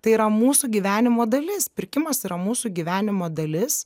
tai yra mūsų gyvenimo dalis pirkimas yra mūsų gyvenimo dalis